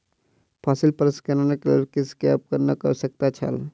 फसिल प्रसंस्करणक लेल कृषक के उपकरणक आवश्यकता छल